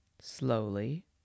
Slowly